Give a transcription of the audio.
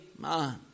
man